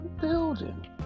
building